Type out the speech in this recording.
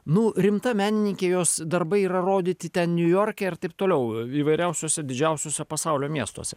nu rimta menininkė jos darbai yra rodyti ten niujorke ir taip toliau įvairiausiuose didžiausiuose pasaulio miestuose